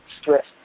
stress